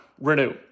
Renew